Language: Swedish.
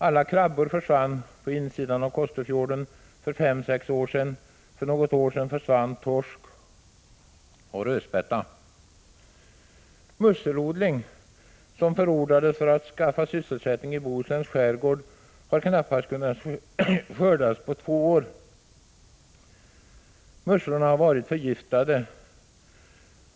Alla krabbor dog plötsligt på insidan av Kosterfjorden för 5-6 år sedan. För något år sedan försvann torsk och rödspätta. Musselodling förordades för att skaffa sysselsättning i Bohusläns skärgård, men några musslor har knappast kunnat skördas på två år. Musslorna har varit förgiftade.